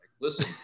listen